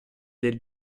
del